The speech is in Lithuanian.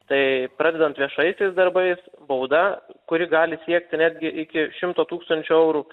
tai pradedant viešaisiais darbais bauda kuri gali siekti netgi iki šimto tūkstančių eurų